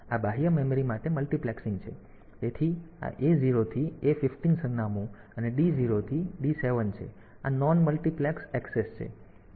તેથી આ બાહ્ય મેમરી માટે મલ્ટિપ્લેક્સિંગ છે તેથી આ A0 થી A15 સરનામું અને D0 થી D7 છે તેથી આ નોન મલ્ટિપ્લેક્સ એક્સેસ છે